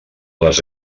les